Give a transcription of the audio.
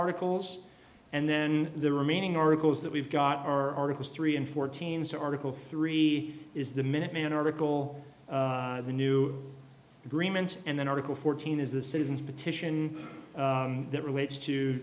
articles and then the remaining oracles that we've got or is three and four teams article three is the minuteman article the new agreement and then article fourteen is the citizens petition that relates to